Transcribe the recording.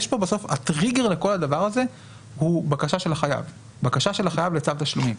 הטריגר לכל הדבר הזה הוא בקשה של החייב לצו תשלומים.